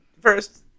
first